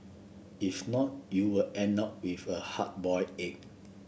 if not you will end up with a hard boiled egg